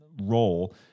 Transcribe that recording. role